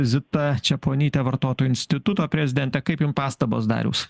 zita čeponytė vartotojų instituto prezidentė kaip jum pastabos dariaus